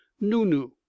nunu